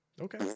Okay